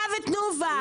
אתה ותנובה.